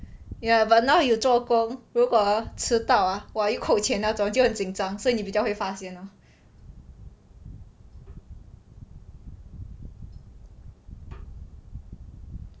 ya but now you 做工如果迟到 ah !wah! 又扣钱那种就很紧张所以你比较会发现 lor